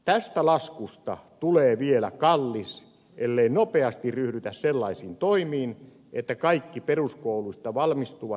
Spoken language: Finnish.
tästä laskusta tulee vielä kallis ellei nopeasti ryhdytä sellaisiin toimiin että kaikki peruskouluista valmistuvat saavat koulutuspaikan